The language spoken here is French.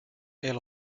elle